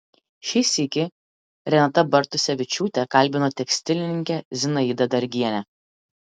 šį sykį renata bartusevičiūtė kalbino tekstilininkę zinaidą dargienę